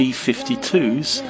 B-52s